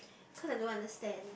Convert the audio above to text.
cause I don't understand